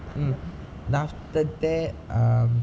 mm after that um